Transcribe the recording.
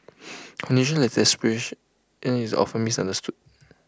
condition like depression is often misunderstood